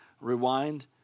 rewind